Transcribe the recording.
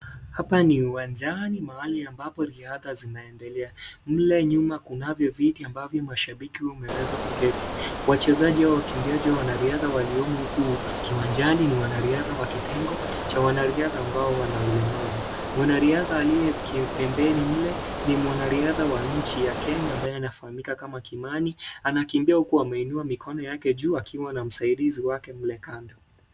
Hapa ni uwanjani mahali ambapo riadha zinaendelea. Mle nyuma kunavyo viti ambavyo mashabiki wameweza kuketi. Wachezaji au wakimbiaji wa wanariadha waliomo huku kiwanjani ni wanariadha wa kitengo cha wanariadha ambao wana ulemavu. Mwanariadha aliye pembeni mle ni mwanariadha wa nchi ya Kenya ambaye anafahamika kama Kimani. Anakimbia huku anainua mikono yake juu akiwa na msaidizi wake mle kando.